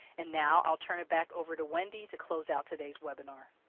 and now, i'll turn it back over to wendy to close out today's webinar.